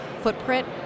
footprint